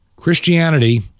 Christianity